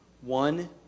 One